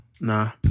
Nah